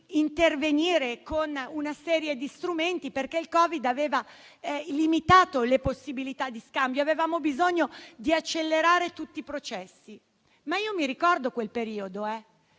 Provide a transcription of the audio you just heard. intervenire con una serie di strumenti. Il Covid-19 infatti aveva limitato le possibilità di scambio e avevamo bisogno di accelerare tutti i processi. Io ricordo però quel periodo e